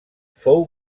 fou